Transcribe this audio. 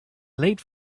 late